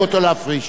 אין כזה דבר, נו ברור.